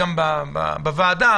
גם בוועדה,